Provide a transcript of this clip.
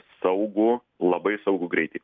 saugų labai saugų greitį